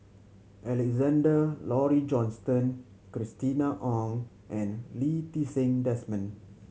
Alexander Laurie Johnston Christina Ong and Lee Ti Seng Desmond